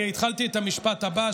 התחלתי את המשפט הבא,